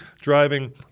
driving